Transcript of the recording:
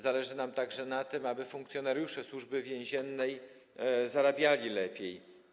Zależy nam także na tym, aby funkcjonariusze Służby Więziennej zarabiali lepiej.